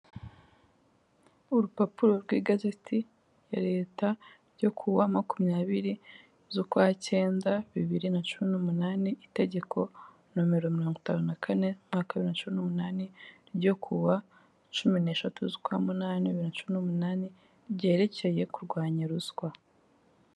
Urupapuro rw'igazeti ya leta ryo kuwa makumyabiri z'ukwacyenda bibiri nacumi n'umunani itegeko nomero mirongo itanu na kane umwaka wa bibiri na cumi n'umunani ryo ku wa cumi neshatu z'ukwa munani bibiri na cumi n'umunani ryerekeye kurwanya ruswa.